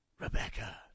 Rebecca